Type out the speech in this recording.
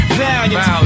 valiant